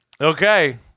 Okay